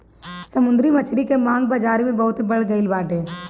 समुंदरी मछरी के मांग बाजारी में बहुते बढ़ गईल बाटे